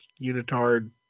unitard